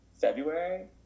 February